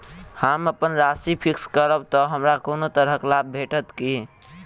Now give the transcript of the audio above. हम अप्पन राशि फिक्स्ड करब तऽ हमरा कोनो भी तरहक लाभ भेटत की?